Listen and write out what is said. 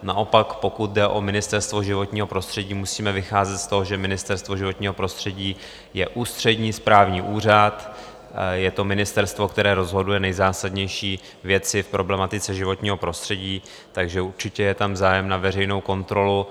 Naopak, pokud jde o Ministerstvo životního prostředí, musíme vycházet z toho, že Ministerstvo životního prostředí je ústřední správní úřad, je to ministerstvo, které rozhoduje nejzásadnější věci v problematice životního prostředí, takže určitě je tam zájem na veřejné kontrole.